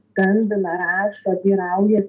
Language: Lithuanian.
skambina rašo teiraujas